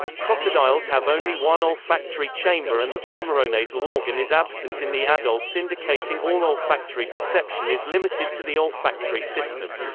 crocodiles have only one olfactory chamber and the vomeronasal organ is absent in the adults indicating all olfactory perception is limited to the olfactory system.